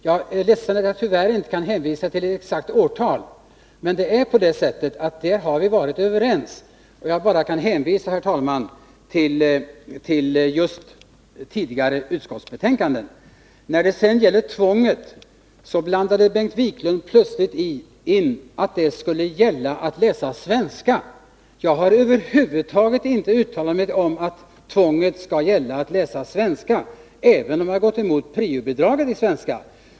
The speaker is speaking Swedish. Jag kan tyvärr inte hänvisa till exakt årtal, men det är på det sättet att vi på den punkten har varit överens. Jag kan bara hänvisa, herr talman, till tidigare utskottsbetänkanden. Bengt Wiklund menade vidare plötsligt att jag skulle ha varit för ett tvång att läsa svenska. Jag har över huvud taget inte uttalat mig om ett tvång att läsa svenska, även om jag har gått emot priobidraget när det gäller svenska.